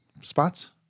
spots